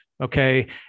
Okay